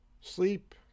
sleep